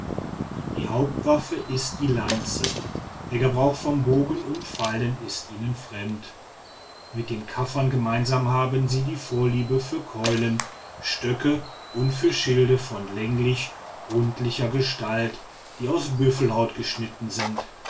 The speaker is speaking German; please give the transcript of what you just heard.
die hauptwaffe ist die lanze der gebrauch von bogen und pfeilen ist ihnen fremd mit den kaffern gemeinsam haben sie die vorliebe für keulen stöcke und für schilde von länglich rundlicher gestalt die aus büffelhaut geschnitten sind